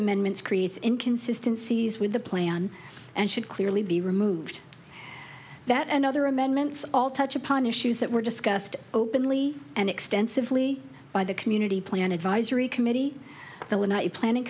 amendments creates in consistencies with the plan and should clearly be removed that and other amendments all touch upon issues that were discussed openly and extensively by the community plan advisory committee the lanai planning